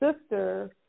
sister